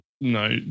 no